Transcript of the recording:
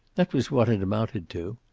that was what it amounted to.